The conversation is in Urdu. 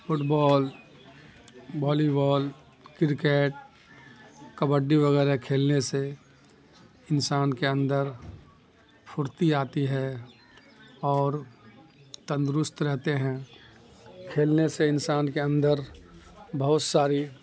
فٹ بال وولی بال کرکٹ کبڈی وغیرہ کھیلنے سے انسان کے اندر پھرتی آتی ہے اور تندرست رہتے ہیں کھیلنے سے انسان کے اندر بہت ساری